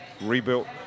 rebuilt